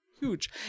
huge